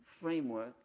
framework